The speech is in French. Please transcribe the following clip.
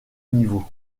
niveau